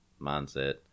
mindset